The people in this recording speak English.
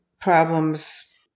problems